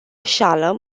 shalom